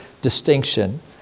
distinction